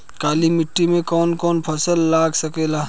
काली मिट्टी मे कौन कौन फसल लाग सकेला?